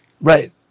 right